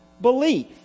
belief